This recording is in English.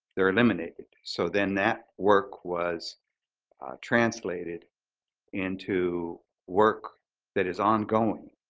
they're eliminated. so then that work was translated into work that is ongoing